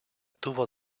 tuvo